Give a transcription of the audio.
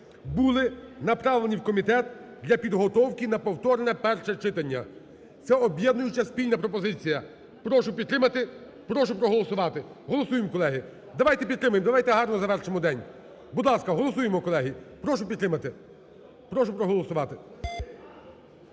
були направлені в комітет для підготовки на повторне перше читання. Це об'єднуюча спільна пропозиція. Прошу підтримати. Прошу голосувати. Голосуємо, колеги. Давайте підтримаємо. Давайте гарно завершимо день. Будь ласка, голосуємо, колеги. Прошу підтримати. Прошу проголосувати.